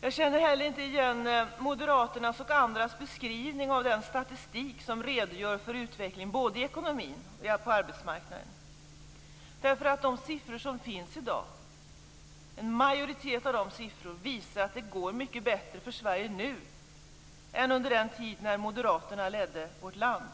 Jag känner heller inte igen Moderaternas och andras beskrivning av den statistik som redogör för utvecklingen både i ekonomin och på arbetsmarknaden. En majoritet av de siffror som finns i dag visar nämligen att det nu går mycket bättre för Sverige än vad det gjorde under den tid då Moderaterna ledde vårt land.